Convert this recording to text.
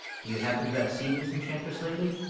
do you happen to have seen this enchantress lately?